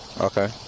okay